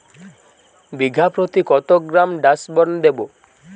বিঘাপ্রতি কত গ্রাম ডাসবার্ন দেবো?